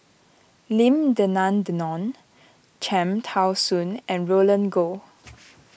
Lim Denan Denon Cham Tao Soon and Roland Goh